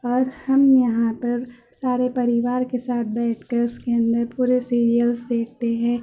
اور ہم یہاں پر سارے پریوار کے ساتھ بیٹھ کر اسکرین میں پورے سیریلس دیکھتے ہیں